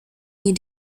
you